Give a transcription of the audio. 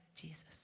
Jesus